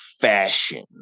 fashion